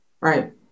Right